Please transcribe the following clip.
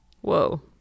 Whoa